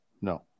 No